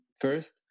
first